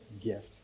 gift